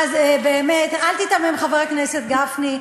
באמת, אל תיתמם, חבר הכנסת גפני.